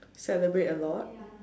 celebrate a lot